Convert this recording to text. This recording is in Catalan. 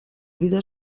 vida